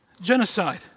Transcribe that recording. genocide